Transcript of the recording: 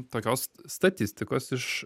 tokios statistikos iš